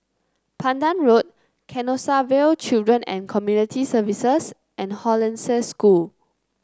Pandan Road Canossaville Children and Community Services and Hollandse School